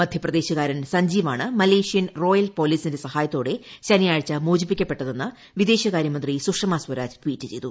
മദ്ധ്യപ്രദേശുകാരൻ സൻജീവ് ആണ് Malaysian royal പോലീസിന്റെ സഹായത്തോടെ ശനിയാഴ്ച മോചിപ്പിക്കപ്പെട്ടതെന്ന് വിദേശകാരൃമന്ത്രി സുഷമാ സ്വരാജ് ട്ചീറ്റ് ചെയ്തു